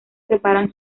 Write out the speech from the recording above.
preparan